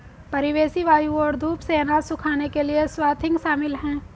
परिवेशी वायु और धूप से अनाज सुखाने के लिए स्वाथिंग शामिल है